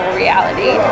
reality